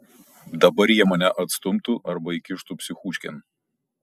dabar jie mane atstumtų arba įkištų psichuškėn